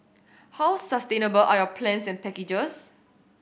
how sustainable are your plans and packages